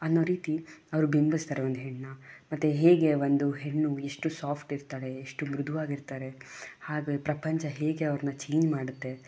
ಅನ್ನೋ ರೀತಿ ಅವರು ಬಿಂಬಿಸ್ತಾರೆ ಒಂದು ಹೆಣ್ಣನ್ನ ಮತ್ತೆ ಹೇಗೆ ಒಂದು ಹೆಣ್ಣು ಎಷ್ಟು ಸಾಫ್ಟ್ ಇರ್ತಾಳೆ ಎಷ್ಟು ಮೃದುವಾಗಿರ್ತಾರೆ ಹಾಗೆ ಪ್ರಪಂಚ ಹೇಗೆ ಅವ್ರನ್ನ ಚೇಂಜ್ ಮಾಡುತ್ತೆ